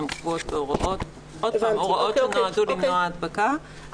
עוד פעם הוראות שנועדו למנוע הדבקה,